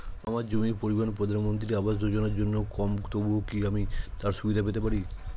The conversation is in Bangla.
আমার জমির পরিমাণ প্রধানমন্ত্রী আবাস যোজনার জন্য কম তবুও কি আমি তার সুবিধা পেতে পারি?